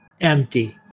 empty